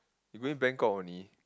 you going Bangkok only